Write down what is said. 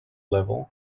level